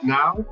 now